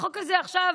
החוק הזה עכשיו,